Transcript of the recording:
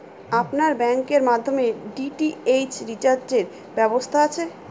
আপনার ব্যাংকের মাধ্যমে ডি.টি.এইচ রিচার্জের ব্যবস্থা আছে?